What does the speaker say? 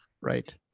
Right